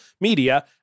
media